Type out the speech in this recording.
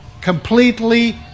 Completely